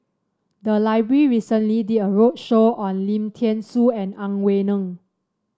the library recently did a roadshow on Lim Thean Soo and Ang Wei Neng